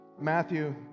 Matthew